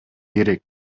керек